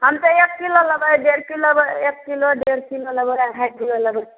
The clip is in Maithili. हम तऽ एक किलो लेबै डेढ़ किलो लेबै एक किलो डेढ़ किलो लेबै अढ़ाइ किलो लेबै